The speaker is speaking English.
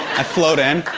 i float in.